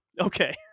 okay